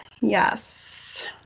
Yes